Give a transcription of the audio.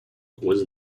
was